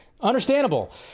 understandable